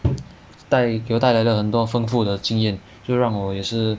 带给我得来了很多丰富的经验就让我也是